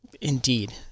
Indeed